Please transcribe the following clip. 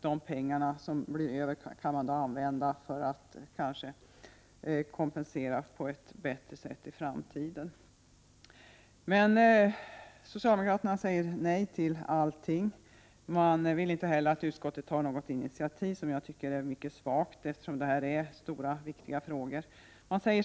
De pengar som blir över kunde man kanske använda till att kompensera på ett bättre sätt i framtiden. Men socialdemokraterna säger nej till allting. Man vill inte heller att utskottet skall ta något initiativ, vilket jag tycker är mycket svagt, eftersom det här är stora och viktiga frågor.